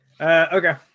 Okay